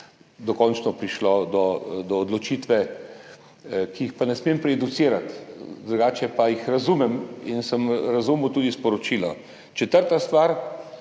dokončno prišlo do odločitev, ki jih pa ne smem prejudicirati, drugače pa jih razumem in sem razumel tudi sporočilo. Četrta stvar.